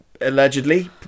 allegedly